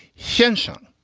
qinsheng,